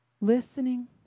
Listening